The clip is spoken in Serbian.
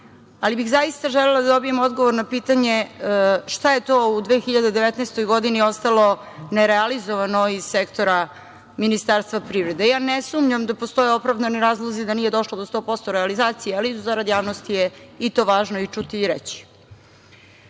ali bih zaista želela da dobijem odgovor na pitanje šta je to u 2019. godini, ostalo nerealizovano iz sektora Ministarstva privrede. Ne sumnjam da postoje opravdani razlozi da nije došlo do 100% realizacije, ali, zarad javnosti je i to važno i čuti i reći. Ovoga